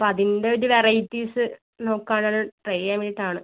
അപ്പം അതിൻ്റെ ഒരു വെറൈറ്റീസ് നോക്കാൻ ഒരു ട്രൈ ചെയ്യാൻ വേണ്ടിയിട്ടാണ്